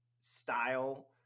style